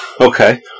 Okay